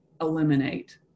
eliminate